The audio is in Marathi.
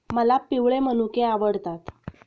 मला पिवळे मनुके आवडतात